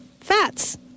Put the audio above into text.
fats